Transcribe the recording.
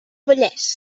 vallès